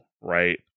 right